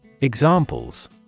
Examples